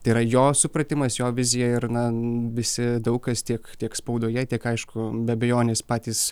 tėra jo supratimas jo vizija ir na visi daug kas tiek tiek spaudoje tiek aišku be abejonės patys